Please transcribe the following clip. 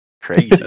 Crazy